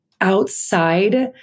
outside